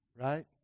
right